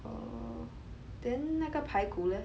oh then 那个排骨 leh